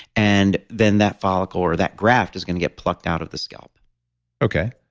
and then, that follicle, or that graft, is going to get plucked out of the scalp okay,